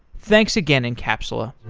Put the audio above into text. thanks again encapsula